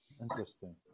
interesting